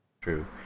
True